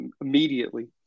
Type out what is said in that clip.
immediately